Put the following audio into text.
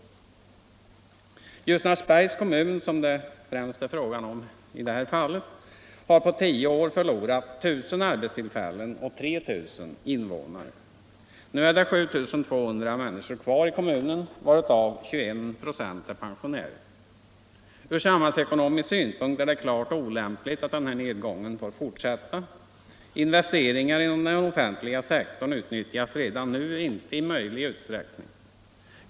Om åtgärder för att Ljusnarsbergs kommun, som det främst är fråga om i det här fallet, — säkra sysselsätthar på tio år förlorat 1 000 arbetstillfällen och 3 000 invånare. Nu är det — ningen för vissa 7 200 människor kvar i kommunen, varav 21 96 är pensionärer. anställda inom Ur samhällsekonomisk synpunkt är det klart olämpligt att nedgången = bryggerinäringen får fortsätta. Investeringar inom den offentliga sektorn utnyttjas nu inte i möjlig utsträckning.